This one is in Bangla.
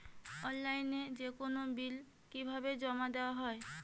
অনলাইনে যেকোনো বিল কিভাবে জমা দেওয়া হয়?